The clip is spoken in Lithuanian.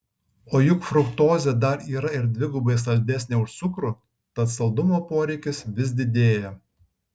o juk fruktozė dar yra ir dvigubai saldesnė už cukrų tad saldumo poreikis vis didėja